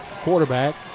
quarterback